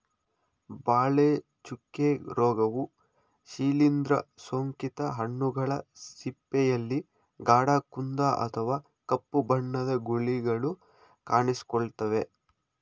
ಬಾಳೆ ಚುಕ್ಕೆ ರೋಗವು ಶಿಲೀಂದ್ರ ಸೋಂಕಿತ ಹಣ್ಣುಗಳ ಸಿಪ್ಪೆಯಲ್ಲಿ ಗಾಢ ಕಂದು ಅಥವಾ ಕಪ್ಪು ಬಣ್ಣದ ಗುಳಿಗಳು ಕಾಣಿಸಿಕೊಳ್ತವೆ